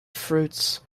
fruits